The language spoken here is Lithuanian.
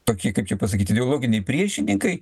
tokie kaip čia pasakyt idealoginiai priešininkai